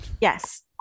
Yes